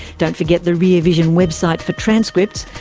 don't forget the rear vision website for transcripts.